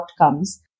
outcomes